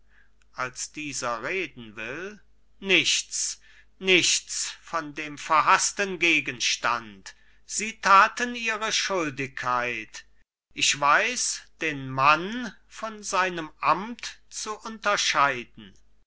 als dieser reden will nichts nichts von dem verhaßten gegenstand sie taten ihre schuldigkeit ich weiß den mann von seinem amt zu unterscheiden